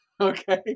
okay